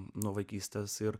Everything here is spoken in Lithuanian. nuo vaikystės ir